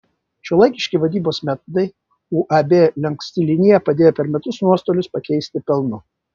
šiuolaikiški vadybos metodai uab lanksti linija padėjo per metus nuostolius pakeisti pelnu